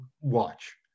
watch